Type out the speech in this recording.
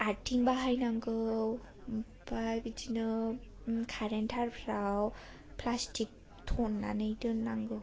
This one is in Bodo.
आर्टिं बाहाय नांगौ ओमफ्राय बिदिनो खारेन थारफ्राव प्लासटिक थननानै दोननांगौ